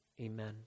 amen